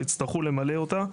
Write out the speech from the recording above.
יצטרכו למלא אותה,